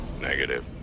Negative